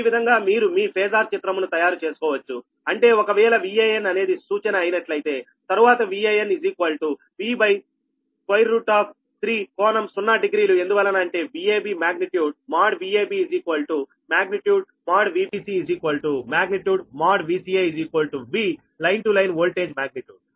ఈ విధంగా మీరు మీ ఫేజార్ చిత్రమును తయారు చేసుకోవచ్చు అంటే ఒకవేళ Van అనేది సూచన అయినట్లయితే తరువాత Van V3కోణం సున్నా డిగ్రీలు ఎందువలన అంటే Vab magnitude |Vab | magnitude |Vbc | magnitude |Vca | V line to line voltage magnitude